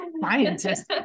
scientists